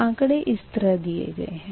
आँकड़े इस तरह दिए गये हैं